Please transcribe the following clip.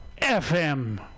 FM